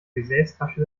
gesäßtasche